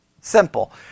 Simple